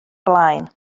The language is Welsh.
blaen